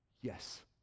yes